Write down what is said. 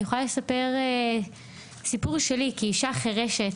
אני יכולה לספר את הסיפור שלי כאישה חרשת.